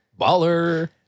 Baller